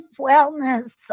wellness